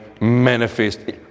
manifest